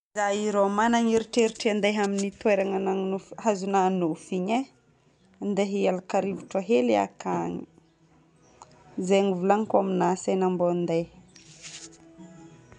Zaho io rô magnana eritreritry handeha amin'ny toerana nano- hazonao nofy igny e. Handeha hialaka rivotra hely akany. Izay no ivolagniko aminà se nà mbô handeha.